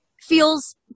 feels